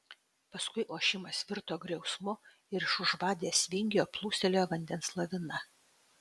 paskui ošimas virto griausmu ir iš už vadės vingio plūstelėjo vandens lavina